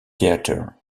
theater